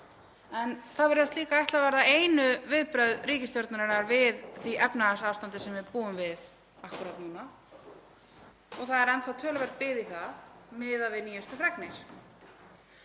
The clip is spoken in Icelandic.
en það virðist líka ætla að verða einu viðbrögð ríkisstjórnarinnar við því efnahagsástandi sem við búum við akkúrat núna. Það er enn þá töluverð bið í það miðað við nýjustu fregnir.